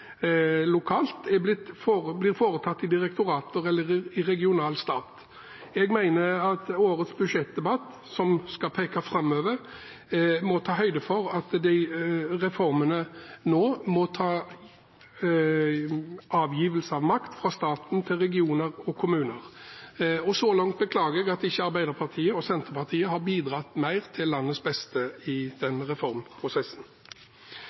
lokalt, blitt tatt i direktorat eller i regional stat. Jeg mener at årets budsjettdebatt, som skal peke framover, må ta høyde for at reformene nå må sørge for avgivelse av makt fra staten til regioner og kommuner. Så langt beklager jeg at ikke Arbeiderpartiet og Senterpartiet har bidratt mer til landets beste i denne reformprosessen,